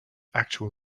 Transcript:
actual